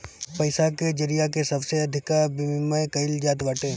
पईसा के जरिया से सबसे अधिका विमिमय कईल जात बाटे